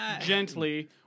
gently